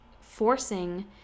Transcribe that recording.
Forcing